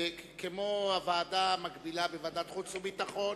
כמו הוועדה המקבילה בוועדת חוץ וביטחון,